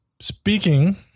Speaking